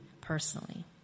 personally